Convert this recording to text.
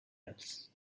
else